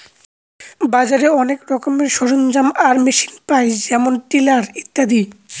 বাজারে অনেক রকমের সরঞ্জাম আর মেশিন পায় যেমন টিলার ইত্যাদি